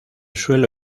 suelo